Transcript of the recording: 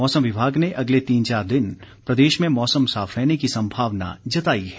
मौसम विभाग ने अगले तीन चार दिन प्रदेश में मौसम साफ रहने की संभावना जताई है